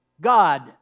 God